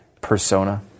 persona